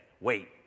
wait